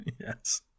Yes